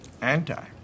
anti